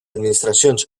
administracions